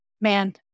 Man